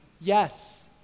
yes